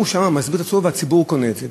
הוא שם מסביר את עצמו, והציבור קונה את זה.